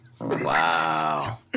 Wow